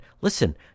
listen